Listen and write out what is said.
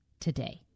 today